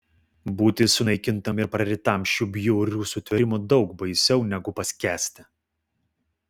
būti sunaikintam ir prarytam šių bjaurių sutvėrimų daug baisiau negu paskęsti